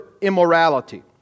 immorality